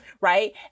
right